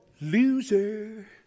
loser